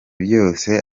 byose